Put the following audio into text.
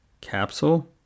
capsule